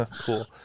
Cool